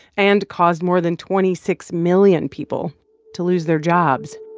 and caused more than twenty six million people to lose their jobs